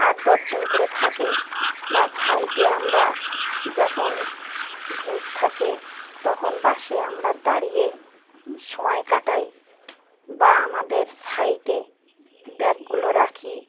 আট দশজন করে থাকে বা সাইটে আমরা যখন ভিড় থাকে তখন বাসে আমরা দাঁড়িয়ে সোঁয়াই কাটাই বা আমাদের সাইডে ব্যাগগুলো রাখি